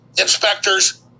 inspectors